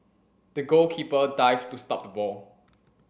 the goalkeeper dived to stop the ball